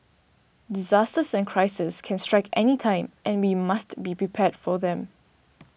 disasters and crises can strike anytime and we must be prepared for them